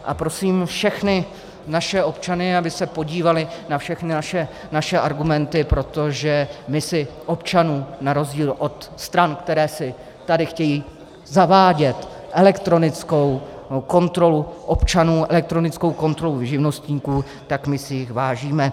A prosím všechny naše občany, aby se podívali na všechny naše argumenty, protože my si občanů na rozdíl od stran, které si tady chtějí zavádět elektronickou kontrolu občanů, elektronickou kontrolu živnostníků, vážíme.